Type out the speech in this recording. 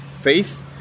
faith